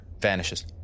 vanishes